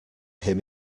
him